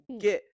get